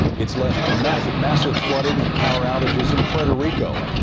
it's left massive massive flooding and power outages in puerto rico.